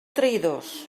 traïdors